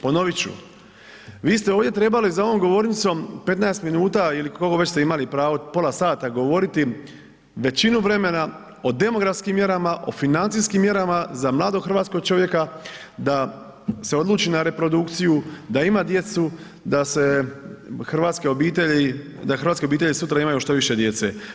Ponoviti ću, vi ste ovdje trebali za ovom govornicom 15 minuta ili koliko već ste imali pravo, pola sata govoriti, većinu vremena o demografskim mjerama, o financijskim mjerama, za mladog hrvatskog čovjeka da se odluči na reprodukciju, da ima djecu, da se hrvatske obitelji, da hrvatske obitelji sutra imaju što više djece.